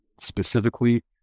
specifically